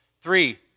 Three